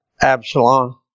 Absalom